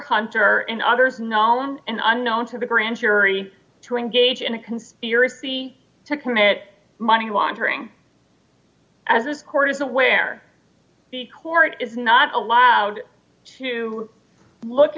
hunter and others nolen an unknown to the grand jury to engage in a conspiracy to commit money laundering as the court is aware the court is not allowed to look